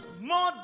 more